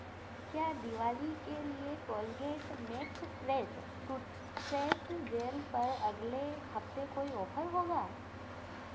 क्या दिवाली के लिए Colgate max fresh toothpaste gel पर अगले हफ़्ते कोई ऑफर होगा